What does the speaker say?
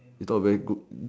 you thought very good